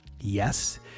Yes